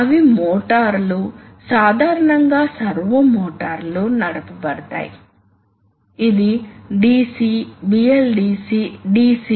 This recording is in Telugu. అధిక ఫ్రిక్షన్ కారణంగా మీకు స్టిక్ స్లిప్ మోషన్ ఉంటుంది కాబట్టి మోషన్ బరస్ట్ వలే ఉంటుంది మరియు హైడ్రాలిక్స్ లో సాధ్యమైనంత ఖచ్చితమైన మోషన్ కంట్రోల్ ఇక్కడ సాధ్యం కాదు